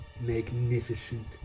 magnificent